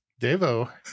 devo